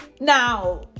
now